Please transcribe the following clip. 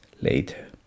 later